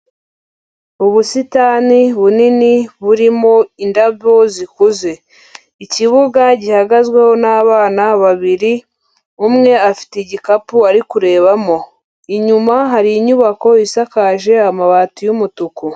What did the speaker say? Ubusitani bunini burimo indabo zikuze, ikibuga gihagazweho n'abana babiri, umwe afite igikapu ari kurebamo, inyuma hari inyubako isakaje amabati y'umutuku.